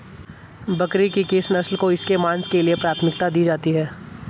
बकरी की किस नस्ल को इसके मांस के लिए प्राथमिकता दी जाती है?